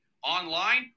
Online